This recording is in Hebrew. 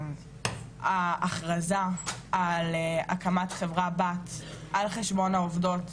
ההכרזה על הקמת חברת בת על חשבון העובדות,